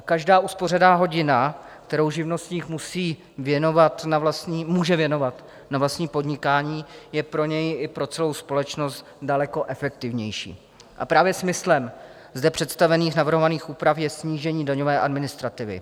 Každá uspořená hodina, kterou živnostník může věnovat na vlastní podnikání, je pro něj i pro celou společnost daleko efektivnější, a právě smyslem zde představených navrhovaných úprav je snížení daňové administrativy.